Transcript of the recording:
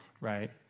right